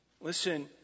listen